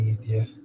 media